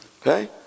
Okay